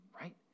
Right